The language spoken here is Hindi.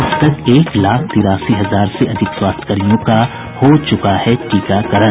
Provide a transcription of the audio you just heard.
अब तक एक लाख तिरासी हजार से अधिक स्वास्थ्यकर्मियों का हो चुका है टीकाकरण